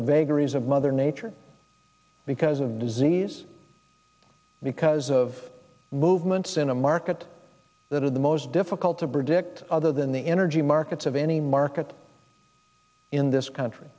the vagaries of mother nature because of disease because of movements in a market that are the most difficult to predict other than the energy markets of any market in this country